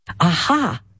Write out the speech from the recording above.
Aha